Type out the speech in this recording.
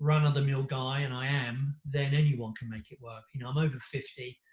run of the mill guy, and i am, then anyone can make it work. you know, i'm over fifty.